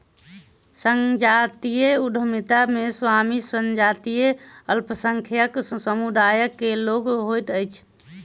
संजातीय उद्यमिता मे स्वामी संजातीय अल्पसंख्यक समुदाय के लोक होइत अछि